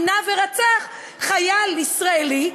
עינה ורצח חייל ישראלי,